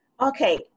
Okay